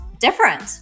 different